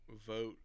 vote